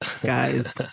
Guys